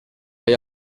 hay